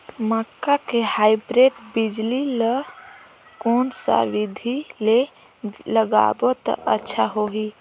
मक्का के हाईब्रिड बिजली ल कोन सा बिधी ले लगाबो त अच्छा होहि?